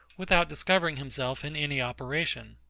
without discovering himself in any operation.